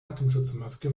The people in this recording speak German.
atemschutzmaske